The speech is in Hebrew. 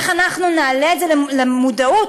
איך אנחנו נעלה את זה למודעות,